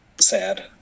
sad